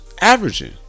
Averaging